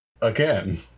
Again